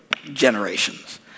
generations